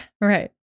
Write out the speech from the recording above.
Right